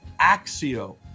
axio